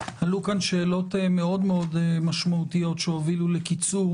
עלו כאן שאלות משמעותיות מאוד שהובילו לקיצור